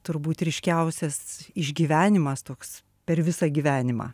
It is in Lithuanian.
turbūt ryškiausias išgyvenimas toks per visą gyvenimą